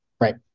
Right